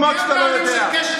זה נועד להפצה.